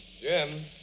Jim